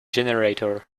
generator